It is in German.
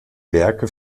werke